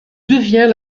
devient